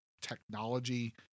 technology